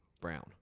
brown